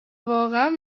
واقعا